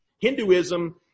Hinduism